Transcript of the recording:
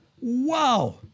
wow